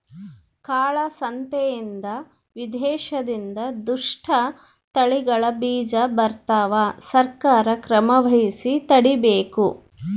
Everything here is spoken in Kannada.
ಕಾಳ ಸಂತೆಯಿಂದ ವಿದೇಶದಿಂದ ದುಷ್ಟ ತಳಿಗಳ ಬೀಜ ಬರ್ತವ ಸರ್ಕಾರ ಕ್ರಮವಹಿಸಿ ತಡೀಬೇಕು